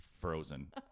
frozen